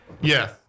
yes